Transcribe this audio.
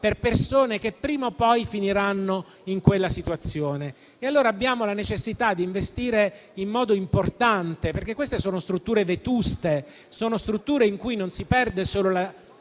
per persone che prima o poi finiranno in quella situazione. Abbiamo allora la necessità di investire in modo importante perché queste sono strutture vetuste, in cui non si perde solo la